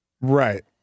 Right